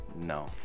no